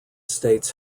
states